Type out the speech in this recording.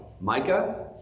Micah